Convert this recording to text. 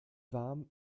warm